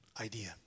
idea